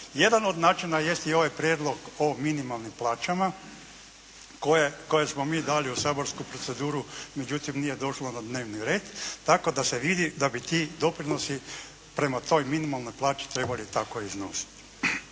Jedan od načina jest i ovaj prijedlog o minimalnim plaćama koji smo mi dali u saborsku proceduru međutim nije došlo na dnevni red tako da se vidi da bi ti doprinosi prema toj minimalnoj plaći trebali tako iznositi.